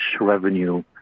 revenue